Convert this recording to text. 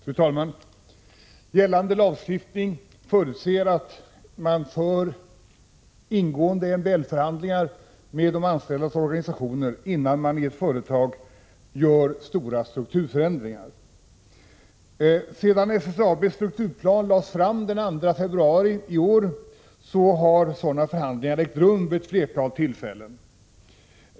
Fru talman! Gällande lagstiftning förutsätter att man för ingående MBL-förhandlingar med de anställdas organisationer innan man i ett företag gör stora strukturförändringar. Sedan SSAB:s strukturplan lades fram den 2 februari i år har sådana förhandlingar ägt rum vid ett flertal tillfällen.